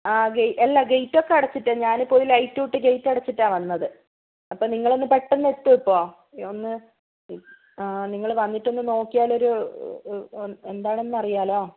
ആ ഗേ അല്ല ഗേറ്റ് ഒക്കെ അടച്ചിട്ടാണ് ഞാനിപ്പോൾ ലൈറ്റും ഇട്ട് ഗേറ്റ് അടച്ചിട്ടാണ് വന്നത് അപ്പോൾ നിങ്ങൾ ഒന്ന് പെട്ടെന്ന് എത്തുമോ ഇപ്പോൾ ഒന്ന് ആഹ് നിങ്ങൾ വന്നിട്ട് ഒന്ന് നോക്കിയാൽ ഒരു എന്താണെന്ന് അറിയാമല്ലോ